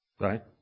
Right